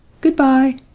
Goodbye